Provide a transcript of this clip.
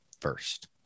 first